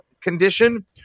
condition